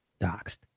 doxed